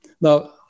Now